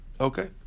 okay